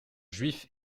juif